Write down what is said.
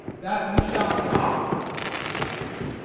that you shall not, said sir godfrey.